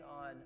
on